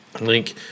link